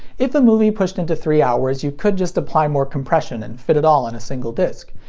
if a movie pushed into three hours, you could just apply more compression and fit it all on a single disc.